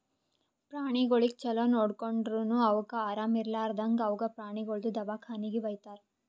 ಪ್ರಾಣಿಗೊಳಿಗ್ ಛಲೋ ನೋಡ್ಕೊಂಡುರನು ಅವುಕ್ ಆರಾಮ ಇರ್ಲಾರ್ದಾಗ್ ಅವುಕ ಪ್ರಾಣಿಗೊಳ್ದು ದವಾಖಾನಿಗಿ ವೈತಾರ್